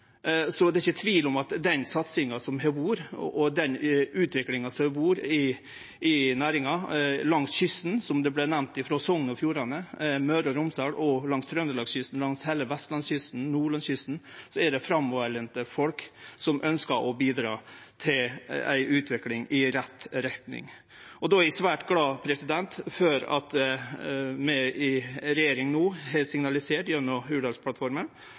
Så det er ikkje tvil om at i den satsinga og den utviklinga som har vore i næringa langs kysten, som det vart nemnt, frå Sogn og Fjordane, Møre og Romsdal og langs trøndelagskysten, langs heile vestlandskysten og nordlandskysten, har det vore framoverlente folk som ønskjer å bidra til ei utvikling i rett retning. Og då er eg svært glad for at vi i regjering no har signalisert gjennom Hurdalsplattforma